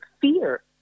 fear